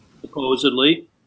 supposedly